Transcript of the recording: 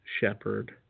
shepherd